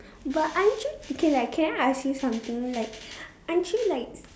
but aren't you okay like can I ask you something like aren't you like